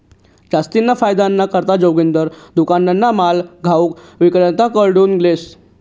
जास्तीना फायदाना करता जोगिंदर दुकानना माल घाऊक इक्रेताकडथून लेस